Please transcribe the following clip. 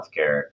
healthcare